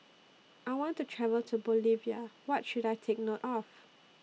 I want to travel to Bolivia What should I Take note of